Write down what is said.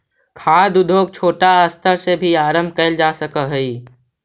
खाद्य उद्योग छोटा स्तर से भी आरंभ कैल जा सक हइ